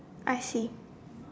I see